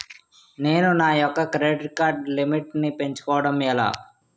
నేను నా యెక్క క్రెడిట్ కార్డ్ లిమిట్ నీ పెంచుకోవడం ఎలా?